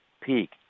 peak